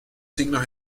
signos